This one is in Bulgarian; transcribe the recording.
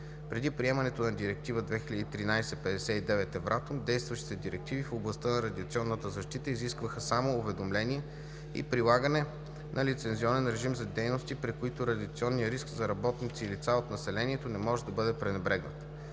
Преди приемането на Директива 2013/59/Евратом действащите директиви в областта на радиационната защита изискваха само уведомление и прилагане на лицензионен режим за дейности, при които радиационният риск за работници и лица от населението не може да бъде пренебрегнат.